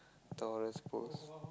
Taurus post